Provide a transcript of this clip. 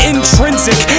Intrinsic